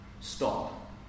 stop